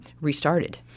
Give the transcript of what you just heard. restarted